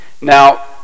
Now